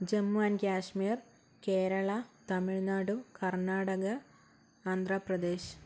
Jammu and Kashmir Kerala Tamil Nadu Karnataka Andhra Pradesh